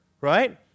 Right